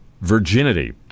virginity